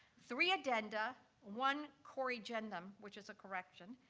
three addenda, one corrigendum, which is a correction,